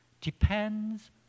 depends